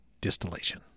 distillation